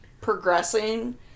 progressing